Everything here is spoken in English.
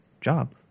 job